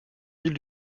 ville